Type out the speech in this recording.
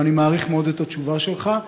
ואני מעריך מאוד את התשובה שלך.